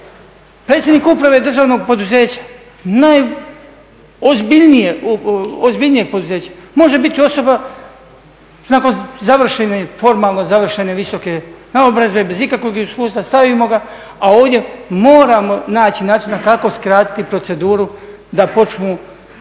predsjednik uprave državnog poduzeća najozbiljnijeg poduzeća može biti osoba nakon završene formalno završene visoke naobrazbe bez ikakvog iskustva, stavimo ga, a ovdje moramo naći načina kako skratiti proceduru da počmu pa bi